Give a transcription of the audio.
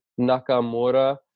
Nakamura